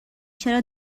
چرا